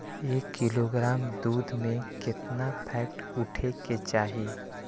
एक किलोग्राम दूध में केतना फैट उठे के चाही?